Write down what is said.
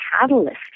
catalyst